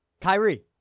Kyrie